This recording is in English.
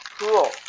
cool